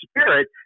Spirit